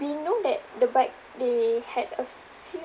we know that the bike they had a few